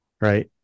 Right